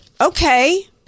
Okay